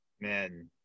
man